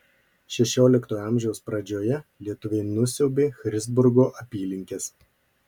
šešioliktojo amžiaus pradžioje lietuviai nusiaubė christburgo apylinkes